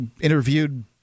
interviewed